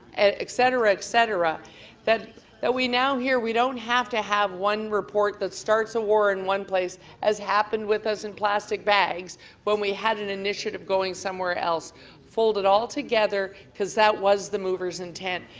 and et cetera, et cetera that that we now hear we don't have to have one report that starts a war in one place as happened with and plastic bags when we had an initiative going somewhere else folded all together because that was the mover's intent.